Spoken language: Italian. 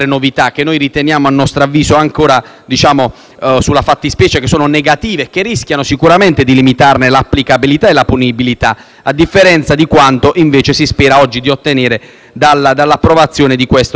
- a nostro avviso - sono negative e rischiano sicuramente di limitarne l'applicabilità e la punibilità, a differenza di quanto, invece, si spera oggi di ottenere dall'approvazione del disegno di legge in esame. Sempre nel primo comma